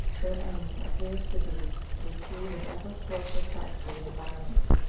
their aim appears to be to achieve an ever-closer touch with the environment,